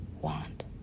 want